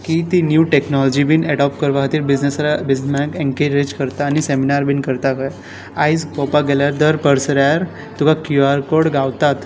की ते नीव टॅक्नोलॉजी बी एडोप करपा खातीर बीजनेसराय बीसमॅन एनकारेज करता आनी सेमिनार बी करता खंय आयज पळोवपाक गेल्यार दर पसऱ्यार तुका क्यू आर कोड गावतात